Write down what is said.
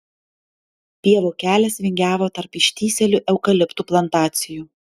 pievų kelias vingiavo tarp ištįsėlių eukaliptų plantacijų